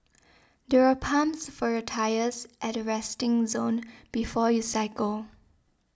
there are pumps for your tyres at the resting zone before you cycle